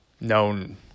known